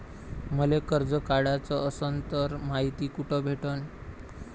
मले कर्ज काढाच असनं तर मायती कुठ भेटनं?